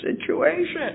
situation